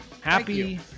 Happy